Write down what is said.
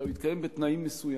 אלא הוא יתקיים בתנאים מסוימים.